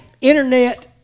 internet